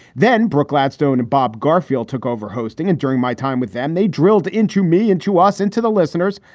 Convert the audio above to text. then brooke gladstone and bob garfield took over hosting. and during my time with them, they drilled into me, into us, into the listeners.